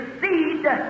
seed